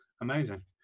amazing